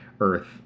Earth